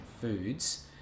foods